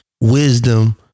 wisdom